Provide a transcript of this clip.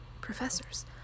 professors